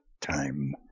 time